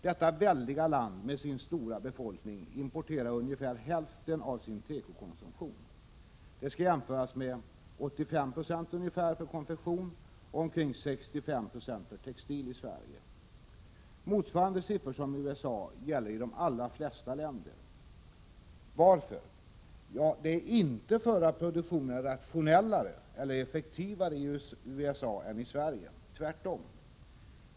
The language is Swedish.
Det väldiga USA med sin stora befolkning importerar ungefär hälften av sina tekovaror. Det skall jämföras med den svenska importen — ungefär 85 90 när det gäller konfektion och omkring 65 96 när det gäller övriga textilvaror. De siffror som gäller i USA gäller också i de allra flesta länder. Varför? Ja, det är inte därför att produktionen i USA är rationellare eller effektivare än produktionen i Sverige, tvärtom.